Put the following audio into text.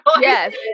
Yes